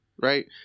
Right